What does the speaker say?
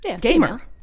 gamer